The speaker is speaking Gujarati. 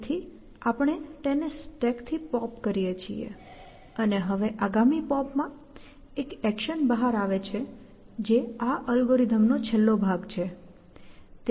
તેથી આપણે તેને સ્ટેકથી પોપ કરીએ છીએ અને હવે આગામી પોપ માં એક એક્શન બહાર આવે છે જે આ અલ્ગોરિધમનો છેલ્લો ભાગ છે